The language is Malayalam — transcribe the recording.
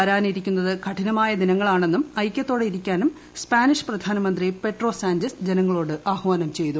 വരാനിരിക്കുന്നത് കഠിനമായ ദിന്യുളാണെന്നും ഐകൃത്തോടെ ഇരിക്കാനും സ്പാനിഷ് പ്രധാനമന്ത്രി പ്പെഡ്രോ സാൻഞ്ചസ് ജനങ്ങളോട് ആഹാനം ചെയ്തു